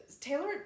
Taylor